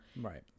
Right